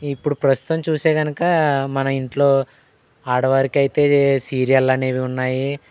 ఇప్పుడు ప్రస్తుతం చూస్తే కనుక మన ఇంట్లో ఆడవారికైతే సీరియళ్ళు అనేవి ఉన్నాయి